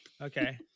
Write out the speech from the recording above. Okay